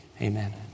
Amen